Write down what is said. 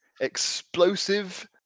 Explosive